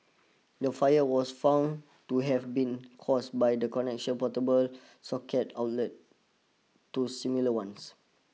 the fire was found to have been caused by the connection portable socket outlet to similar ones